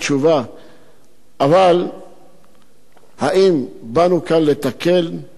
אבל האם באנו כאן לתקן ונמצאנו מקלקלים?